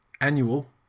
annual